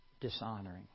dishonoring